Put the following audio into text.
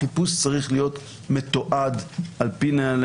החיפוש צריך להיות מתועד על פי נהלי